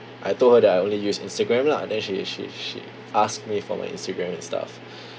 I told her that I only use instagram lah then she she she asked me for my instagram and stuff